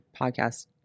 podcast